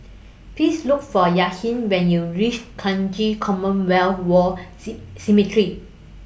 Please Look For Yahir when YOU REACH Kranji Commonwealth War C Cemetery